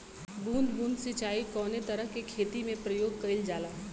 बूंद बूंद सिंचाई कवने तरह के खेती में प्रयोग कइलजाला?